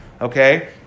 Okay